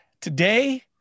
Today